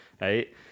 right